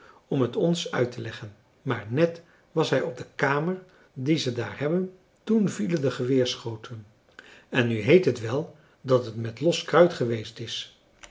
om het ons uit te leggen maar net was hij op de kamer die ze daar hebben toen vielen de geweerschoten en nu heet het wel dat het met los kruit geweest is